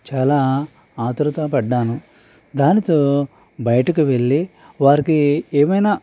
చాలా ఆత్రుతపడ్డాను దానితో బయటకు వెళ్లి వారికి ఏమైనా